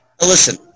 Listen